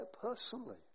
personally